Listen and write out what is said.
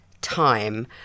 time